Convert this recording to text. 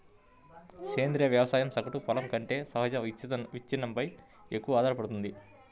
సేంద్రీయ వ్యవసాయం సగటు పొలం కంటే సహజ విచ్ఛిన్నంపై ఎక్కువగా ఆధారపడుతుంది